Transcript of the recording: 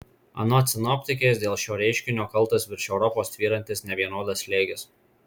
anot sinoptikės dėl šio reiškinio kaltas virš europos tvyrantis nevienodas slėgis